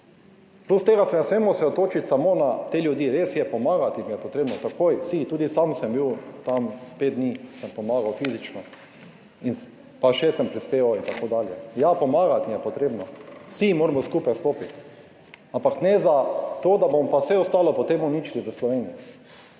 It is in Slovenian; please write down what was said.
Plus tega se ne smemo osredotočiti samo na te ljudi. Res je, pomagati jim je potrebno takoj, vsi. Tudi sam sem bil tam, pet dni sem pomagal fizično in pa še prispeval sem in tako dalje. Ja, pomagati jim je potrebno, vsi moramo skupaj stopiti, ampak ne za to, da bomo pa vse ostalo potem uničili v Sloveniji.